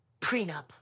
prenup